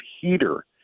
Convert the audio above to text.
heater